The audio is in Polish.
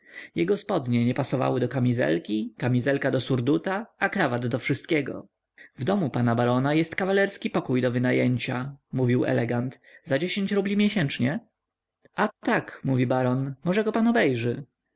jego spodnie nie pasowały do kamizelki kamizelka do surduta a krawat do wszystkiego w domu pana barona jest kawalerski pokój do wynajęcia mówił elegant za dziesięć rubli miesięcznie a tak mówi baron może go pan obejrzy